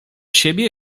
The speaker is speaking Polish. siebie